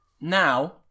now